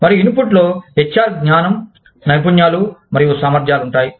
మరియు ఇన్పుట్లో HR జ్ఞానం నైపుణ్యాలు మరియు సామర్థ్యాలు ఉంటాయి